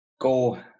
go